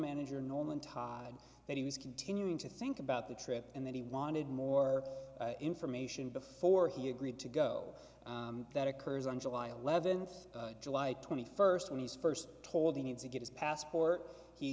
manager norman todd that he was continuing to think about the trip and that he wanted more information before he agreed to go that occurs on july eleventh july twenty first when he first told he needs to get his passport he